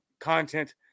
content